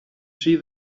see